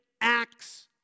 acts